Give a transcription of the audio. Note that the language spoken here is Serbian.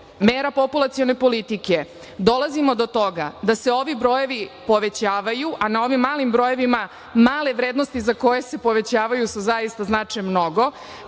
mera populacione politike dolazimo do toga da se ovi brojevi povećavaju, a na ovim malim brojevima, male vrednosti za koje se povećavaju su zaista znače mnogo.